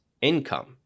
income